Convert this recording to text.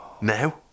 Now